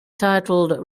titled